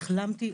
החלמתי.